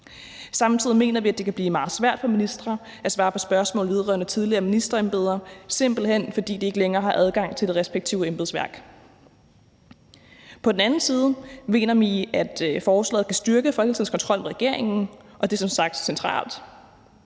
Samtidig mener vi, at det kan blive meget svært for ministre at svare på spørgsmål vedrørende tidligere ministerembeder, simpelt hen fordi de ikke længere har adgang til det respektive embedsværk. På den anden side mener vi, at forslaget kan styrke Folketingets kontrol med regeringen, og det er som sagt centralt.